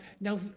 now